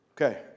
Okay